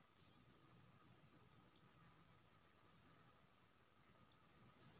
insect sampling तकनीक सँ insect या पेस्ट केँ चिन्हल जाइ छै